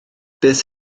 beth